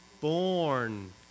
born